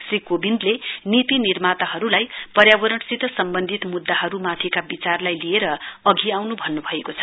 श्री कोविन्दले नीति निर्माताहरुलाई पर्यावरणसित सम्वन्धित मुद्दाहरुमाथि विचारलाई लिएर अघि आउन् भन्नुभयो छ